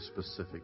specific